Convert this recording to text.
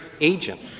agent